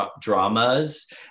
dramas